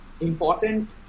important